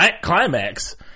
climax